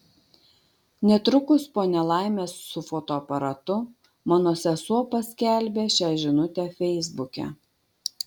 netrukus po nelaimės su fotoaparatu mano sesuo paskelbė šią žinutę feisbuke